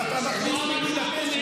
כל הכבוד, אדוני היו"ר.